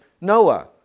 Noah